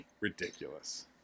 Ridiculous